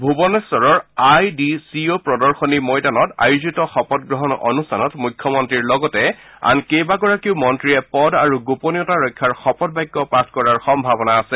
ভূৱনেশ্বৰৰ I D C O প্ৰদশনী ময়দানত আয়োজিত শপত গ্ৰহণ অনুষ্ঠানত মুখ্যমন্তীৰ লগতে আন কেইবাগৰাকীও মন্ত্ৰীয়ে পদ আৰু গোপনীয়তা ৰক্ষাৰ শপত বাক্য পাঠ কৰাৰ সম্ভাৱনা আছে